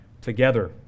together